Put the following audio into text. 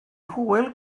hwyl